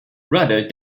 rather